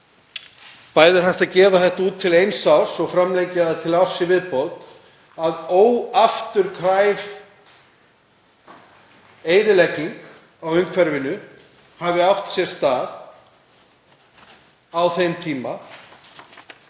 bæði er hægt að gefa þetta út til eins árs og framlengja það til árs í viðbót, að óafturkræf eyðilegging á umhverfinu hafi átt sér stað á þeim tíma.